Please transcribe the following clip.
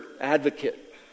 advocate